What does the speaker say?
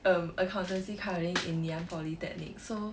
um accountancy kind of thing in ngee ann polytechnic so